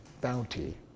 bounty